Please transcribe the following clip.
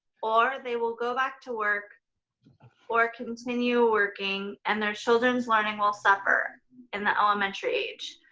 or, they will go back to work or continue working, and their children's learning will suffer in the elementary age.